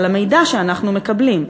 על המידע שאנחנו מקבלים.